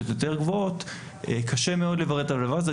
יותר גבוהות קשה מאוד לברר את הדבר הזה.